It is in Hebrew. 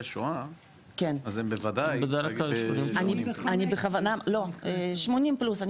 שואה אז הם בוודאי --- אני בכוונה אמרתי 80 פלוס,